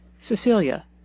Cecilia